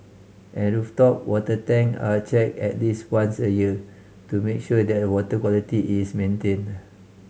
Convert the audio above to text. and rooftop water tank are checked at least once a year to make sure that water quality is maintained